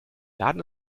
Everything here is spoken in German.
laden